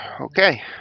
Okay